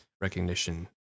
recognition